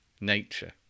nature